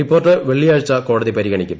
report വെള്ളിയാഴ്ച കോടതി പരിഗണിക്കും